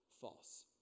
false